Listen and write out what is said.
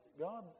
God